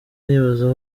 nibaza